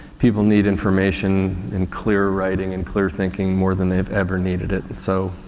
people need information and clear writing and clear thinking more than they've ever needed it. and so,